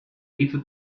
eiffel